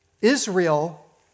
Israel